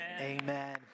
amen